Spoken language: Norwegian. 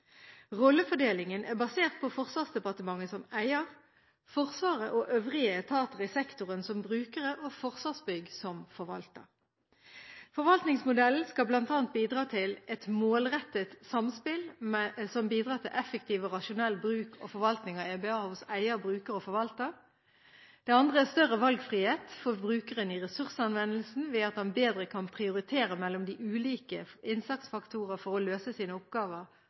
Rollefordelingen er basert på Forsvarsdepartementet som eier, Forsvaret og øvrige etater i sektoren som brukere, og Forsvarsbygg som forvalter. Forvaltningsmodellen skal bl.a. bidra til: et målrettet samspill som bidrar til effektiv og rasjonell bruk og forvaltning av EBA hos eier, bruker og forvalter større valgfrihet for brukeren i ressursanvendelsen ved at han bedre kan prioritere mellom de ulike innsatsfaktorer for å løse sine oppgaver